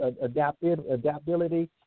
adaptability